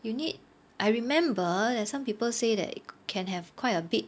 you need I remember that some people say that you can have quite a big